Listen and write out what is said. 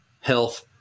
health